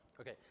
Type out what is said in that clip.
Okay